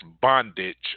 bondage